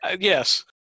Yes